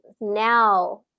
now